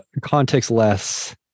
context-less